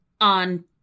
on